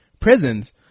prisons